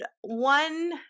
one